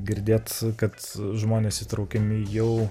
girdėt kad žmonės įtraukiami jau